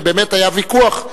ובאמת היה ויכוח,